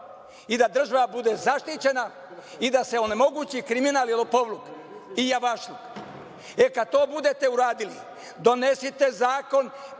i da država bude zaštićena i da se onemogući kriminal, lopovluk i javašluk.E, kad to budete uradili, donesite zakon,